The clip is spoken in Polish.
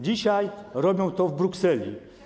Dzisiaj robią to w Brukseli.